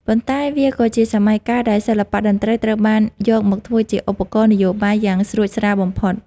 ប៉ុន្តែវាក៏ជាសម័យកាលដែលសិល្បៈតន្ត្រីត្រូវបានយកមកធ្វើជាឧបករណ៍នយោបាយយ៉ាងស្រួចស្រាលបំផុត។